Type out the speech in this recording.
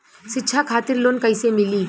शिक्षा खातिर लोन कैसे मिली?